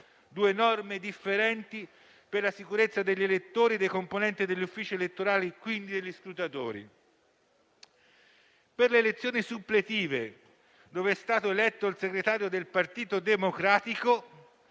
due norme differenti per la sicurezza degli elettori e dei componenti degli uffici elettorali e, quindi, degli scrutatori. Per le elezioni suppletive, dove è stato eletto il segretario del Partito Democratico,